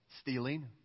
Stealing